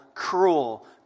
Cruel